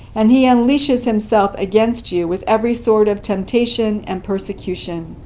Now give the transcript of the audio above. and he unleashes himself against you with every sort of temptation and persecution.